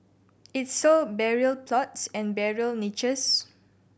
it sold burial plots and burial niches